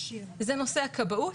זה נושא הכבאות,